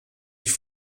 ich